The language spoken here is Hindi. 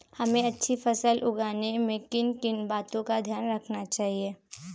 हमें अच्छी फसल उगाने में किन किन बातों का ध्यान रखना चाहिए?